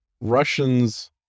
Russians